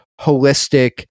holistic